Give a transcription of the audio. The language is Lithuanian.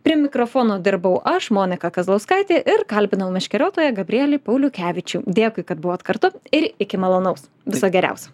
prie mikrofono dirbau aš monika kazlauskaitė ir kalbinau meškeriotoją gabrielį pauliukevičių dėkui kad buvot kartu ir iki malonaus viso geriausio